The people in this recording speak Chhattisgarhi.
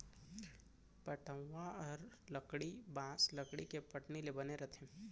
पटउहॉं हर लकड़ी, बॉंस, लकड़ी के पटनी ले बने रथे